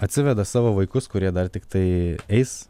atsiveda savo vaikus kurie dar tiktai eis